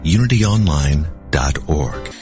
UnityOnline.org